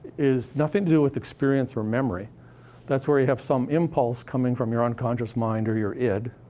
is nothing to do with experience or memory that's where you have some impulse coming from your unconscious mind or your id,